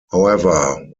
however